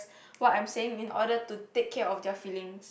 what I'm saying in order to take care of their feeling